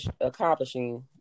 accomplishing